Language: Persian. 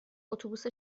اتوبوس